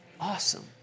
Awesome